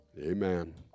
Amen